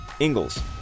Ingalls